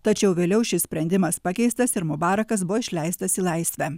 tačiau vėliau šis sprendimas pakeistas ir mubarakas buvo išleistas į laisvę